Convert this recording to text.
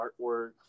artwork